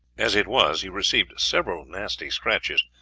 as it was, he received several nasty scratches,